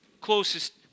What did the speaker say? Closest